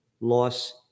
loss